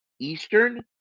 Eastern